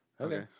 Okay